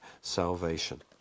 salvation